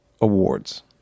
awards